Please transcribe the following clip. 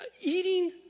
Eating